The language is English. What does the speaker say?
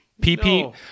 PP